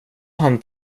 han